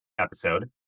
episode